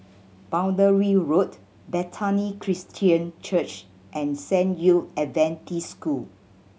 Boundary Road Bethany Christian Church and San Yu Adventist School